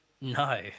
no